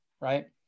right